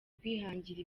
kwihangira